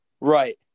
right